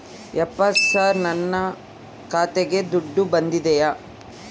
ಯಪ್ಪ ಸರ್ ನನ್ನ ಖಾತೆಗೆ ದುಡ್ಡು ಬಂದಿದೆಯ?